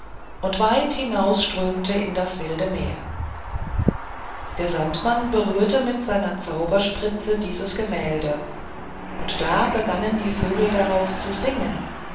und weit hinausströmte in das wilde meer der sandmann berührte mit seiner zauberspritze das gemälde und da begannen die vögel darauf zu singen